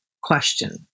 question